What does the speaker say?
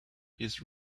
his